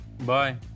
Bye